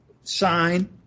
sign